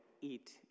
eat